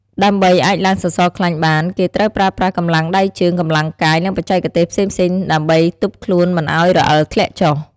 ដើម្បីអាចឡើងសសរខ្លាញ់បានគេត្រូវប្រើប្រាស់កម្លាំងដៃជើង កម្លាំងកាយ និងបច្ចេកទេសផ្សេងៗដើម្បីទប់ខ្លួនមិនឱ្យរអិលធ្លាក់ចុះ។